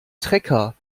trecker